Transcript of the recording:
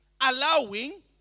allowing